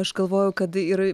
aš galvoju kad ir